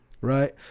right